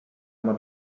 oma